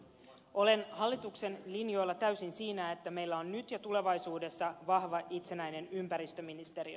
olen hallituksen linjoilla täysin siinä että meillä on nyt ja tulevaisuudessa vahva itsenäinen ympäristöministeriö